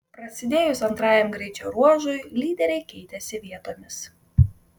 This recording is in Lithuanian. prasidėjus antrajam greičio ruožui lyderiai keitėsi vietomis